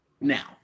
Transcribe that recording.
now